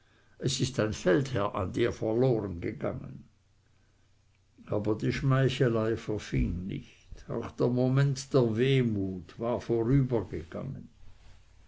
es ist ein feldherr an dir verlorengegangen aber die schmeichelei verfing nicht auch der moment der wehmut war vorübergegangen